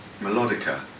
melodica